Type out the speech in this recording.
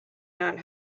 not